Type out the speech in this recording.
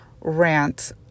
rant